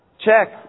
check